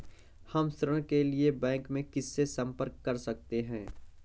हम ऋण के लिए बैंक में किससे संपर्क कर सकते हैं?